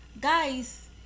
guys